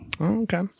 Okay